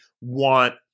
want